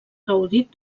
gaudit